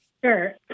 Sure